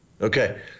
Okay